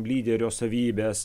lyderio savybes